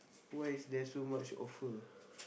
why is there so much offer